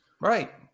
Right